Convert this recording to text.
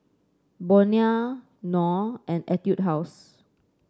Bonia Knorr and Etude House